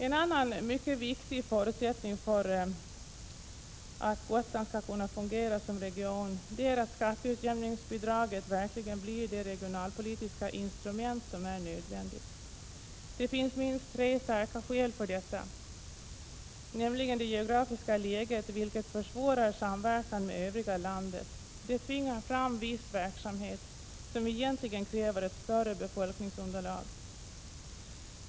En annan mycket viktig förutsättning för att Gotland skall kunna fungera som region är att skatteutjämningsbidraget verkligen blir det regionalpolitiska instrument som är nödvändigt. Det finns minst tre starka skäl för detta, nämligen för det första det geografiska läget, vilket försvårar samverkan med övriga landet. Det tvingar fram viss verksamhet, som egentligen kräver ett större befolkningsunderlag.